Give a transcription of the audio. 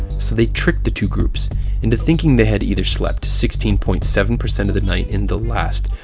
so they tricked the two groups into thinking they had either slept sixteen point seven percent of the night in the last,